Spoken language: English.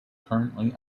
currently